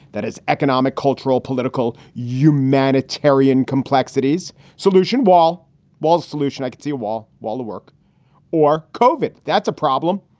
that is economic, cultural, political. your man attarian complexities solution, wall wall solution. i could see a wall while the work or kove it. that's a problem.